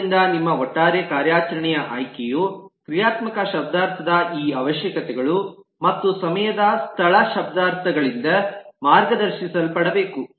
ಆದ್ದರಿಂದ ನಿಮ್ಮ ಒಟ್ಟಾರೆ ಕಾರ್ಯಾಚರಣೆಯ ಆಯ್ಕೆಯು ಕ್ರಿಯಾತ್ಮಕ ಶಬ್ದಾರ್ಥದ ಈ ಅವಶ್ಯಕತೆಗಳು ಮತ್ತು ಸಮಯದ ಸ್ಥಳ ಶಬ್ದಾರ್ಥಗಳಿಂದ ಮಾರ್ಗದರ್ಶಿಸಲ್ಪಡಬೇಕು